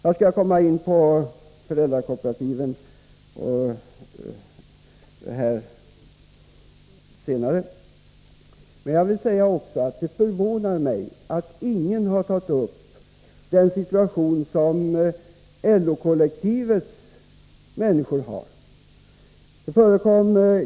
Jag skall komma in på föräldrakooperativen senare. Jag vill först säga att det förvånar mig att ingen har tagit upp den situation som LO-kollektivets människor befinner sig i.